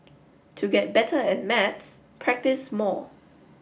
to get better at maths practise more